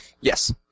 Yes